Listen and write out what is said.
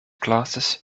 glasses